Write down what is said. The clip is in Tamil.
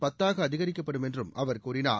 பத்தாக அதிகரிக்கப்படும் என்றும் அவர் கூறினார்